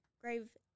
grave